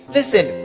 Listen